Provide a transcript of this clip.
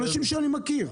אנשים שאני מכיר.